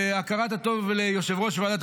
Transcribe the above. את ראשית הדברים בהכרת הטוב ליושב-ראש ועדת